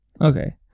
Okay